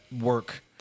work